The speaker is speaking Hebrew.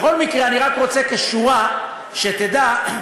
בכל מקרה, אני רק רוצה כשורה, שתדע: